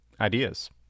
ideas